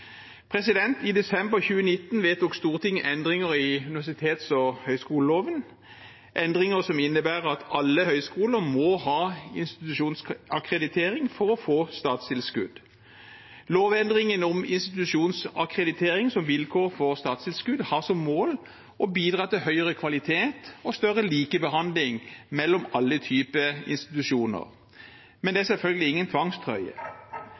I desember 2019 vedtok Stortinget endringer i universitets- og høyskoleloven, endringer som innebærer at alle høyskoler må ha institusjonsakkreditering for å få statstilskudd. Lovendringen om institusjonsakkreditering som vilkår for å få statstilskudd har som mål å bidra til høyere kvalitet og større likebehandling mellom alle typer institusjoner, men det er selvfølgelig ingen tvangstrøye.